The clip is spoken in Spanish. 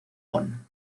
bonn